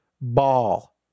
ball